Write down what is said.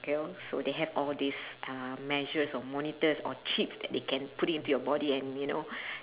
so they have all these uh measures or monitors or chips that they can put into your body and you know